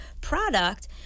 product